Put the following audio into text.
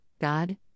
God